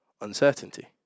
uncertainty